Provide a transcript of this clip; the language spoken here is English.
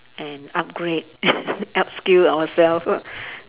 and upgrade upskill ourselves